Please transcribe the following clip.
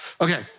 Okay